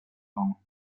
gång